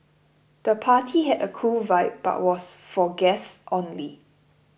the party had a cool vibe but was for guests only